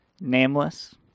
Nameless